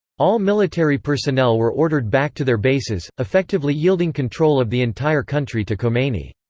all military personnel were ordered back to their bases, effectively yielding control of the entire country to khomeini.